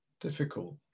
difficult